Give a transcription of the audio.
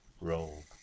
role